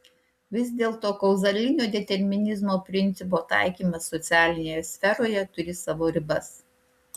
vis dėlto kauzalinio determinizmo principo taikymas socialinėje sferoje turi savo ribas